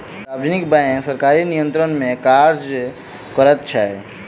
सार्वजनिक बैंक सरकारी नियंत्रण मे काज करैत छै